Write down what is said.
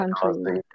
country